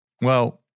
well-